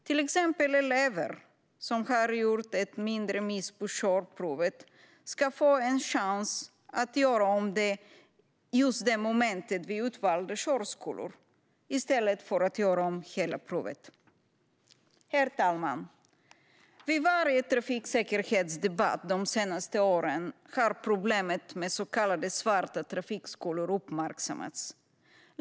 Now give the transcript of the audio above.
Till exempel ska elever som har gjort en mindre miss på körprovet få en chans att göra om just det momentet vid utvalda körskolor i stället för att göra om hela provet. Herr talman! Vid varje trafiksäkerhetsdebatt de senaste åren har problemet med så kallade svarta trafikskolor uppmärksammats.